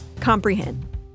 comprehend